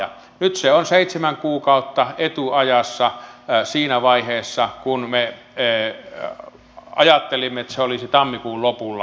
nyt se on seitsemän kuukautta etuajassa siinä vaiheessa jossa me ajattelimme että se olisi tammikuun lopulla